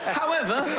however,